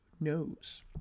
knows